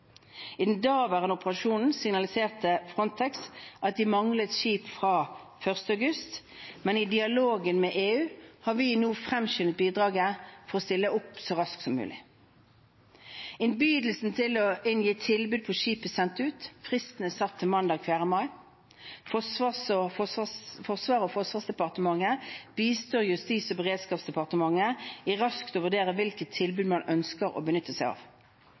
I den daværende operasjonen signaliserte Frontex at de manglet skip fra 1. august, men i dialogen med EU har vi nå fremskyndet bidraget for å stille opp så raskt som mulig. Innbydelsen til å inngi tilbud på skip er sendt ut, fristen er satt til mandag 4. mai. Forsvaret og Forsvarsdepartementet bistår Justis- og beredskapsdepartementet i raskt å vurdere hvilket tilbud man ønsker å benytte seg av.